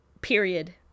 period